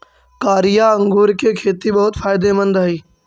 कारिया अंगूर के खेती बहुत फायदेमंद हई